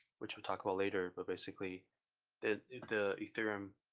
which we'll talk about later but basically the the ethereum